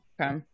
Okay